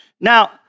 Now